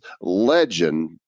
legend